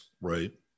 Right